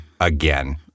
again